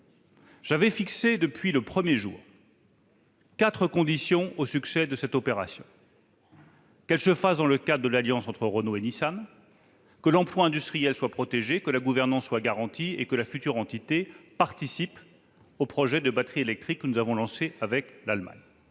J'avais fixé, depuis le premier jour, quatre conditions au succès de cette opération : qu'elle se fasse dans le cadre de l'alliance entre Renault et Nissan, que l'emploi industriel soit protégé, que la gouvernance soit garantie et que la future entité participe au projet de batteries électriques que nous avons lancé avec l'Allemagne.